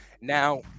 Now